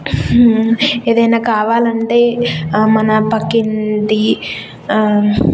ఏదన్నా కావాలంటే మన పక్కింటి